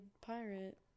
pirate